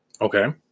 Okay